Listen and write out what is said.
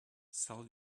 sell